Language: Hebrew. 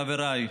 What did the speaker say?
חבריי,